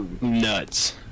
Nuts